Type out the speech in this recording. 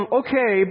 okay